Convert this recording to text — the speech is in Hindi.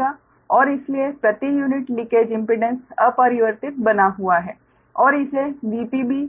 और इसलिए प्रति यूनिट लीकेज इम्पीडेंस अपरिवर्तित बना हुआ है और इसे VpB